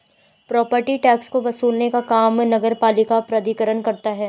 property tax को वसूलने का काम नगरपालिका प्राधिकरण करता है